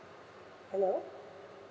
hello